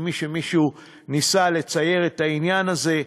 כפי שמישהו ניסה לצייר את העניין הזה,